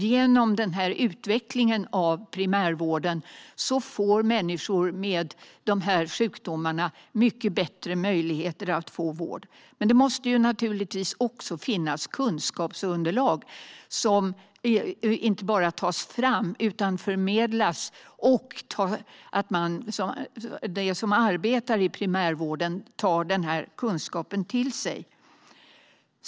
Genom den här utvecklingen av primärvården får människor med dessa sjukdomar mycket bättre möjligheter att få vård. Naturligtvis måste det också finnas kunskapsunderlag som inte bara tas fram utan även förmedlas. De som arbetar i primärvården måste också ta kunskapen till sig.